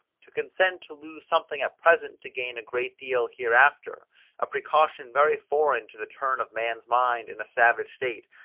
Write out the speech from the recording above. to consent to lose something at present to gain a great deal hereafter a precaution very foreign to the turn of man's mind in a savage state,